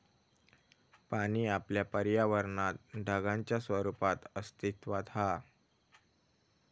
पाणी आपल्या पर्यावरणात ढगांच्या रुपात अस्तित्त्वात हा